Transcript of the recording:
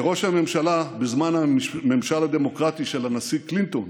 כראש הממשלה בזמן הממשל הדמוקרטי של הנשיא קלינטון,